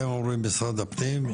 ואתם אומרים משרד הפנים,